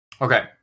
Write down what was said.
Okay